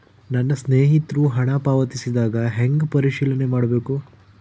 ನನ್ನ ಸ್ನೇಹಿತರು ಹಣ ಪಾವತಿಸಿದಾಗ ಹೆಂಗ ಪರಿಶೇಲನೆ ಮಾಡಬೇಕು?